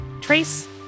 Trace